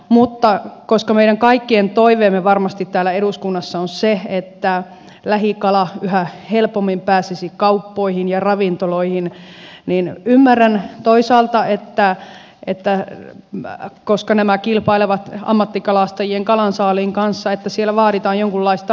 mutta koska meidän kaikkien toive varmasti täällä eduskunnassa on se että lähikala yhä helpommin pääsisi kauppoihin ja ravintoloihin niin ymmärrän toisaalta koska nämä kilpailevat ammattikalastajien kalansaaliin kanssa että siellä vaaditaan jonkunlaista rekisteröitymistä